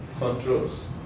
controls